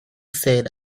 said